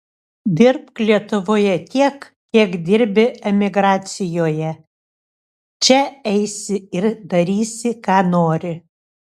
dirbk lietuvoje tiek kiek dirbi emigracijoje čia eisi ir darysi ką nori